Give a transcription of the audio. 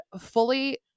fully